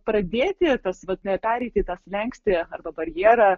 pradėti tas vat na pereiti tą slenkstį arba barjerą